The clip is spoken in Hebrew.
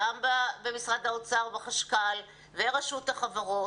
גם במשרד האוצר ובחשכ"ל ורשות החברות.